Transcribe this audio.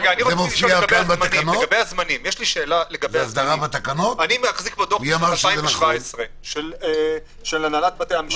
לגבי הזמנים אני מחזיק בדוח מ-2017 של הנהלת בתי המשפט.